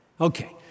Okay